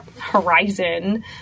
horizon